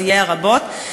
סייעה רבות.